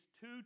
two